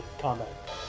combat